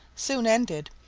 soon ended,